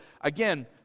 again